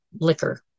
liquor